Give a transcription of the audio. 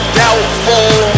doubtful